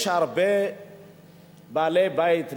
יש הרבה בעלי-בית למעונות: